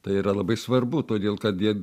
tai yra labai svarbu todėl kad jie